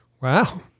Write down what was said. Wow